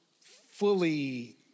fully